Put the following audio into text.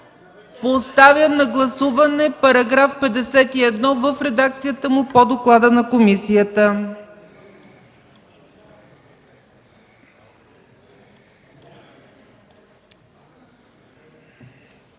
Поставям на гласуване § 51 в редакцията му по доклада на комисията.